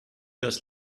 das